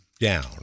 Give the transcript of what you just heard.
down